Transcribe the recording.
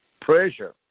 pressure